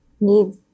need